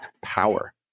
power